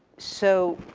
so,